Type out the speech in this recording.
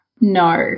no